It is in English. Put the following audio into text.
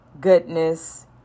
goodness